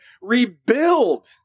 rebuild